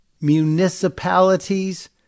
municipalities